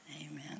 Amen